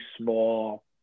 small